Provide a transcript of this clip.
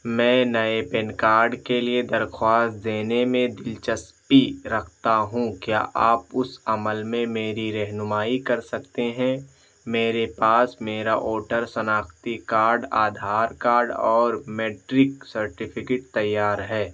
میں نئے PAN card کے لیے درخواست دینے میں دلچسپی رکھتا ہوں کیا آپ اس عمل میں میری رہنمائی کر سکتے ہیں میرے پاس میرا اوٹر سناختی کارڈ آدھار کارڈ اور میٹرک سرٹیفکیٹ تیار ہے